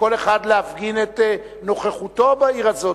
כל אחד להפגין את נוכחותו בעיר הזו,